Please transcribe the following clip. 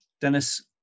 Dennis